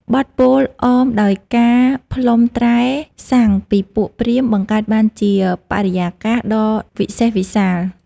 បទពោលអមដោយការផ្លុំត្រែស័ង្ខពីពួកព្រាហ្មណ៍ បង្កើតបានជាបរិយាកាសដ៏វិសេសវិសាល។